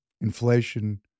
inflation